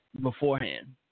beforehand